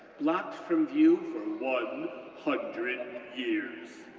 blocked from view for one hundred years.